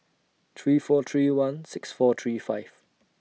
three four three one six four three five